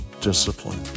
discipline